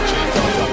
Jesus